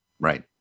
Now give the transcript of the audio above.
Right